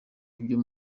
ibyo